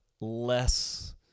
less